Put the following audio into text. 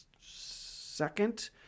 second